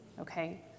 okay